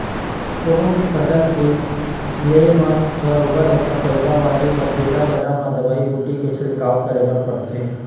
कोनो भी फसल के ले म बरोबर ओखर पइदावारी बर बेरा बेरा म दवई बूटी के छिड़काव करे बर परथे